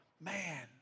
man